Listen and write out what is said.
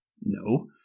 No